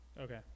Okay